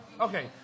Okay